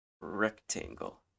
Rectangle